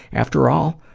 after all,